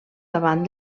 davant